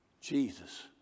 Jesus